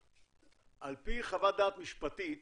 פי חוות דעת משפטית